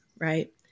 Right